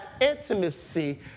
intimacy